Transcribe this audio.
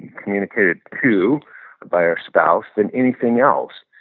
communicated to by our spouse than anything else.